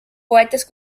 poetes